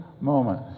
moment